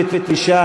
59,